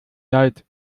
leid